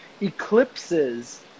eclipses